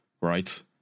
right